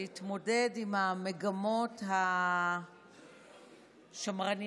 להתמודד עם המגמות השמרניות,